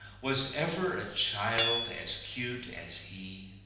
was ever a child as cute as he?